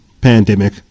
pandemic